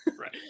right